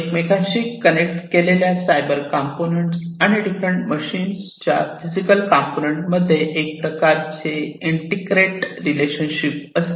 एकमेकांशी कनेक्ट केलेल्या cyber component आणि डिफरंट मशीनच्या फिजिकल कंपोनेंट मध्ये एक प्रकारची इन्त्रिकते रिलेशनशिप असते